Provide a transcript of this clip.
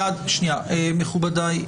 מכובדי,